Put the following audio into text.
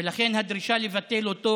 ולכן הדרישה שלנו לבטל אותו